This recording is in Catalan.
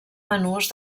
menús